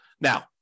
Now